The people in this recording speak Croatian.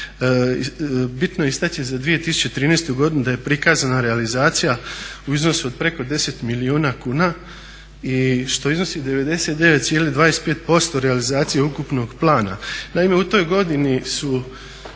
bitno je istaći za 2013. godinu da je prikazana realizacija u iznosu od preko 10 milijuna kuna što je iznosi 99,25% realizacije ukupnog plana. Naime, u toj godini su